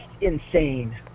insane